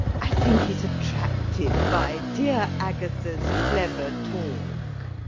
i think he's attracted by dear agatha's clever talk.